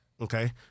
Okay